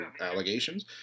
allegations